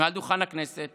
מעל דוכן הכנסת